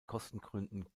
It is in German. kostengründen